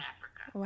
Africa